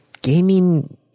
gaming